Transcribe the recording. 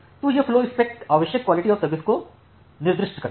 तो यह flowspec आवश्यक क्वालिटी ऑफ सर्विस को निर्दिष्ट करता है